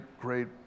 great